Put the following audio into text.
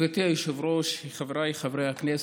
גברתי היושבת-ראש, חבריי חברי הכנסת,